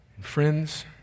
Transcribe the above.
friends